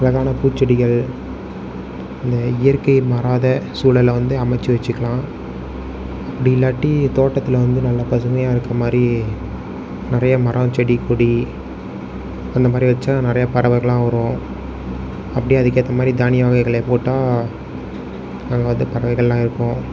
அழகான பூச்செடிகள் இந்த இயற்கை மாறாத சூழலை வந்து அமைத்து வச்சுக்கலாம் அப்படி இல்லாட்டி தோட்டத்தில் வந்து நல்லா பசுமையாக இருக்கிற மாதிரி நிறைய மரம் செடி கொடி அந்த மாதிரி வச்சால் நிறைய பறவைகள்லாம் வரும் அப்படியே அதுக்கேற்ற மாதிரி தானிய வகைகளை போட்டால் அங்கே வந்து பறவைகள்லாம் இருக்கும்